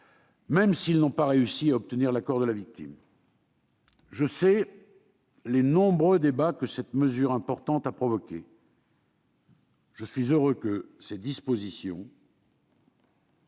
même s'ils n'ont pas réussi à obtenir l'accord de la victime. Je sais les nombreux débats que cette mesure importante a provoqués. Je suis heureux que ces dispositions,